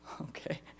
okay